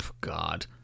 God